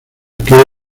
que